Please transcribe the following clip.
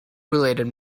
related